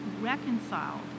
reconciled